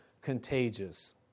contagious